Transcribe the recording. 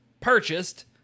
purchased